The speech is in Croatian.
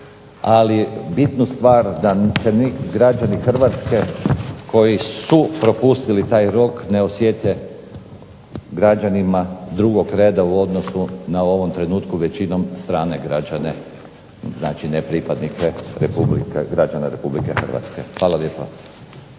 ali bitnu stvar da neki građani Hrvatske koji su propustili taj rok ne osjete građanima drugog reda u odnosu u ovom trenutku većinom strane građane, nepripadnike građana Republike Hrvatske. Hvala lijepo.